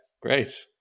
great